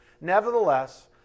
Nevertheless